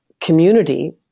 community